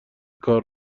کار